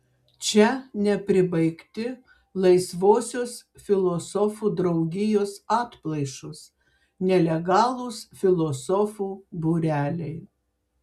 čia nepribaigti laisvosios filosofų draugijos atplaišos nelegalūs filosofų būreliai